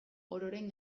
ororen